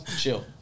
Chill